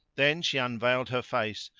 then she unveiled her face,